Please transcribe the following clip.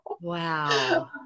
Wow